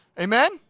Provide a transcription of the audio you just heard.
Amen